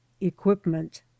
equipment